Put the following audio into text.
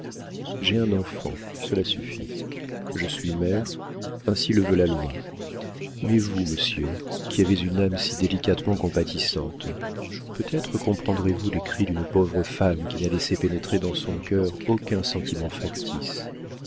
j'ai un enfant cela suffit je suis mère ainsi le veut la loi mais vous monsieur qui avez une âme si délicatement compatissante peut-être comprendrez-vous les cris d'une pauvre femme qui n'a laissé pénétrer dans son cœur aucun sentiment factice